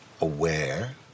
aware